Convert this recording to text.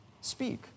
speak